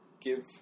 Give